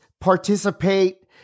participate